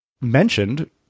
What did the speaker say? mentioned